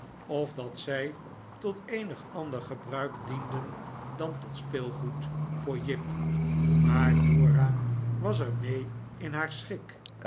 of dat zij tot eenig ander gebruik dienden dan tot speelgoed voor jip maar dora was er mee in haar schik